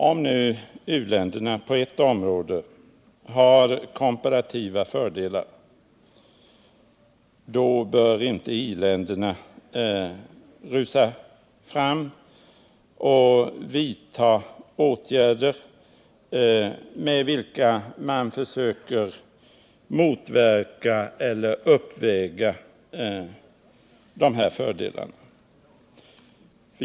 Om nu u-länderna på ett område har komparativa fördelar, bör inte i-länderna rusa fram och vidta åtgärder för att motverka eller uppväga de här fördelarna.